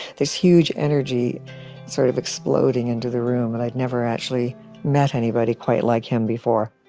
this huge energy sort of exploding into the room and i'd never actually met anybody quite like him before.